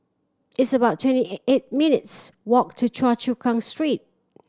it's about twenty eight minutes' walk to Choa Chu Kang Street